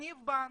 סניף בנק,